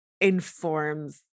informs